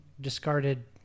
discarded